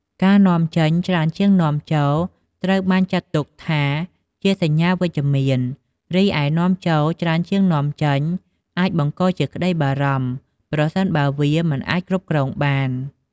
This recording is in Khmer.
ការនាំចេញច្រើនជាងនាំចូល ត្រូវបានចាត់ទុកថាជាសញ្ញាវិជ្ជមាន រីឯនាំចូលច្រើនជាងនាំចេញ អាចបង្កជាក្តីបារម្ភ ប្រសិនបើវាមិនអាចគ្រប់គ្រងបាន។